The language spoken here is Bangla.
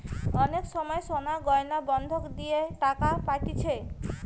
অনেক সময় সোনার গয়না বন্ধক দিয়ে টাকা পাতিছে